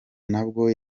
nabwo